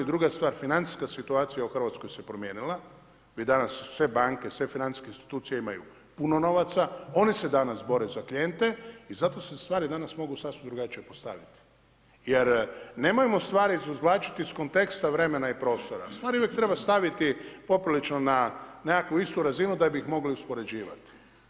Druga stvar, financijska situacija u Hrvatskoj se promijenila, danas sve banke, sve financijske institucije imaju puno novaca, oni se danas bore za klijente i zato se stvari mogu danas sasvim drugačije postaviti jer nemojmo stvari izvlačiti iz konteksta vremena i prostora, stvari uvijek treba staviti poprilično na nekakvu istu razinu da bi ih mogli uspoređivati.